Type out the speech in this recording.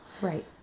right